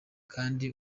kandi